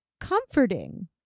comforting